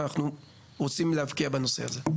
אנחנו רוצים להבקיע בנושא הזה.